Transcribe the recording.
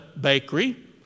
bakery